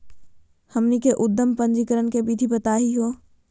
हमनी के उद्यम पंजीकरण के विधि बताही हो?